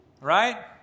right